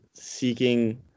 seeking